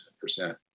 percent